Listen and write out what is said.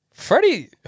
Freddie